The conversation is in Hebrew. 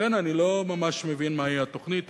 לכן אני לא ממש מבין מהי התוכנית.